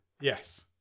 Yes